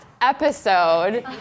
episode